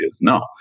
No